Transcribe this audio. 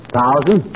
thousand